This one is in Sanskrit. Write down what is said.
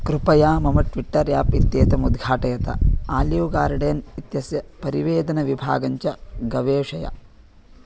कृपया मम ट्विट्टर् आप् इत्येतमुद्घाटयत आलीव् गार्डेन् इत्यस्य परिवेदनविभागञ्च गवेषय